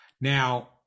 Now